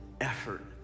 effort